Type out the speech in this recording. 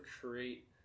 create